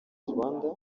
rwanda